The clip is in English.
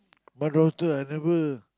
my daughter I never